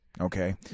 Okay